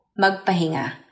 Magpahinga